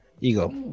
Ego